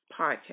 Podcast